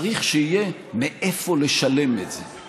צריך שיהיה מאיפה לשלם את זה.